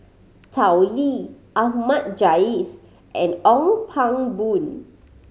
Tao Li Ahmad Jais and Ong Pang Boon